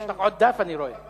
יש לך עוד דף, אני רואה.